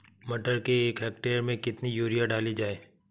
मटर के एक हेक्टेयर में कितनी यूरिया डाली जाए?